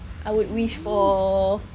I would wish for